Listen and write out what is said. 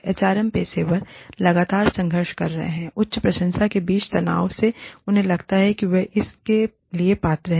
HRM पेशेवर लगातार संघर्ष कर रहे हैं उच्च प्रशंसा के बीच तनाव से उन्हें लगता है वे इसके लिए पात्र हैं